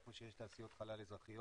איפה שיש תעשיות חלל אזרחיות,